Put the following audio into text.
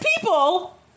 people